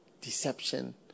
deception